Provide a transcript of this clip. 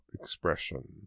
expression